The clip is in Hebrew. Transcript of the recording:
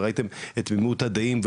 וראיתם את תמימות הדעים,